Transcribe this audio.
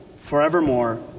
forevermore